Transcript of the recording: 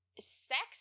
Sex